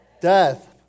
death